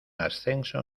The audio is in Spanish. ascenso